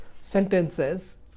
sentences